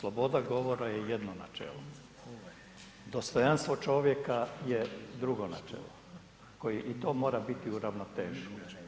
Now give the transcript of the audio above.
Sloboda govora je jedno načelo, dostojanstvo čovjeka je drugo načelo, koji i to mora biti u ravnoteži.